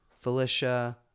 Felicia